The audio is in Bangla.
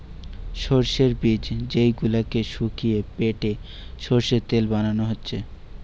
সোর্সের বীজ যেই গুলাকে শুকিয়ে বেটে সোর্সের তেল বানানা হচ্ছে